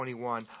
21